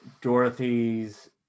Dorothy's